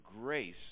grace